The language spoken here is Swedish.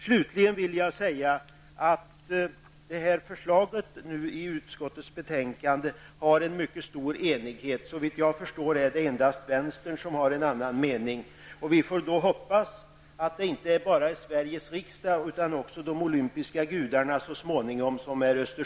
Jag vill slutligen säga att det bakom förslaget i utskottets betänkande står en mycket stor enighet. Det är, såvitt jag förstår, endast vänstern som har en annan mening. Vi får hoppas att inte bara Sveriges riksdag utan även de olympiska gudarna är